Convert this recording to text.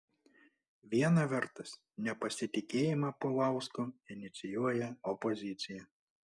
viena vertus nepasitikėjimą paulausku inicijuoja opozicija